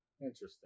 interesting